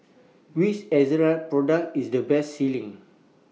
Which Ezerra Product IS The Best Selling